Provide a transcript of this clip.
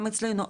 גם אצלנו,